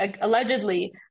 allegedly